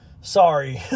sorry